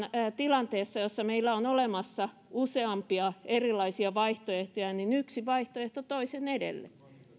tilanteessa jossa meillä on olemassa useampia erilaisia vaihtoehtoja yksi vaihtoehto toisen edelle